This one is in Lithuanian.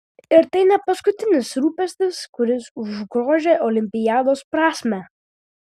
ir tai ne paskutinis rūpestis kuris užgožia olimpiados prasmę